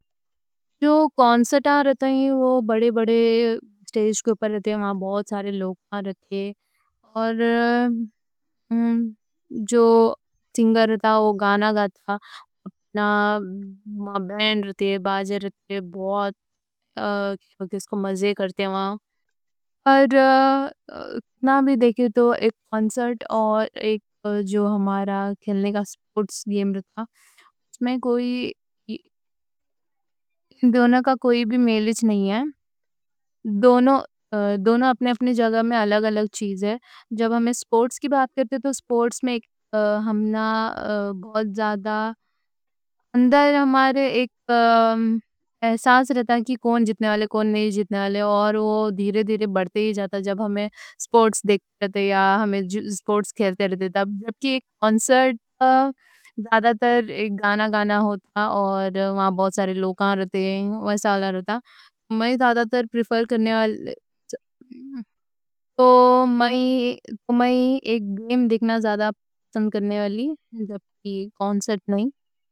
کنسرٹ بڑے بڑے سٹیجز پر رہتے، وہاں بہت سارے لوگ آ رہتے اور جو سنگر رہتا وہ گانا گاتا، اپنا بینڈ رہتا، باجے رہتے، بہت کس کوں مزے کرتے وہاں اور کنا بھی دیکھیں تو ایک کنسرٹ اور ایک جو ہمارا کھیلنے کا سپورٹس گیم رہتا، اس میں کوئی دونہ کا کوئی بھی میچ نہیں ہے دونہ اپنی جگہ میں الگ الگ چیز ہے جب ہم سپورٹس کی بات کرتے تو سپورٹس میں ہمنا بہت زیادہ اندر ہمارے ایک احساس رہتا کہ کون جیتنے والے، کون نہیں جیتنے والے اور وہ دیرے دیرے بڑھتے ہی جاتا، جب ہم سپورٹس دیکھتے رہتے یا ہم سپورٹس کھیلتے رہتے جبکہ ایک کنسرٹ زیادہ تر گانا گانا ہوتا، اور وہاں بہت سارے لوگ رہتے ویسا ہوتا میں زیادہ تر پرفر کرنے والا تو میں ایک گیم دیکھنا زیادہ پرفر کرنے والا جبکہ کنسرٹ نہیں